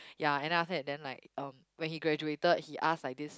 ya and then after that then like um when he graduated he ask like this